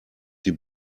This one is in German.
die